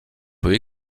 peut